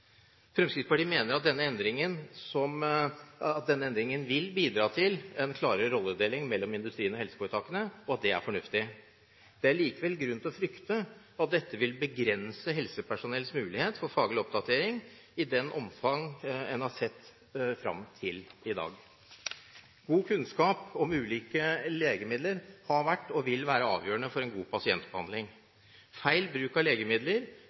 Fremskrittspartiet mener at denne endringen vil bidra til en klarere rolledeling mellom industrien og helseforetakene, og at det er fornuftig. Det er likevel grunn til å frykte at dette vil begrense helsepersonells mulighet til faglig oppdatering i det omfang en har sett fram til i dag. God kunnskap om ulike legemidler har vært og vil være avgjørende for god pasientbehandling. Feil bruk av legemidler